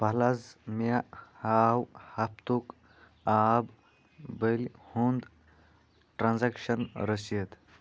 please مےٚ ہاو ہفتُک آب بلہِ ہُنٛد ٹرانٛزکشن رٔسیٖد